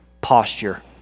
posture